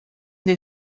del